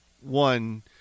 one